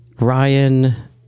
Ryan